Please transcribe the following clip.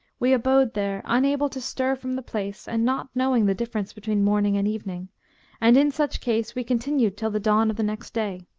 we abode there, unable to stir from the place and not knowing the difference between morning and evening and in such case we continued till the dawn of the next day.